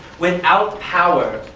without power,